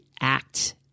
act